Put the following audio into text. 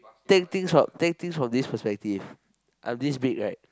take things from take things from this perspective I'm this big right